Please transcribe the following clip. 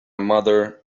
mother